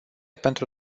pentru